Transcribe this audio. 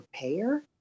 prepare